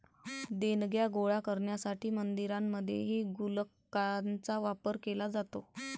देणग्या गोळा करण्यासाठी मंदिरांमध्येही गुल्लकांचा वापर केला जातो